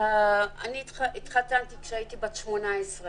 התחתנתי כשהייתי בת 18,